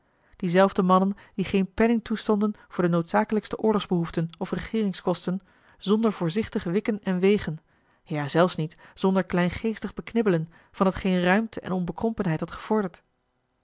diezelfde mannen die geen penning toestonden voor de noodzakelijkste oorlogsbehoeften of regeeringskosten zonder voorzichtig wikken en wegen ja zelfs niet zonder kleingeestig beknibbelen van t geen ruimte en onbekrompenheid had gevorderd